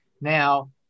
Now